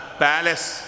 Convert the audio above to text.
palace